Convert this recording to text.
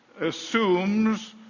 assumes